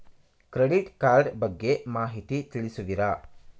Credit card ಬಗ್ಗೆ ಮಾಹಿತಿ ತಿಳಿಸುವಿರಾ?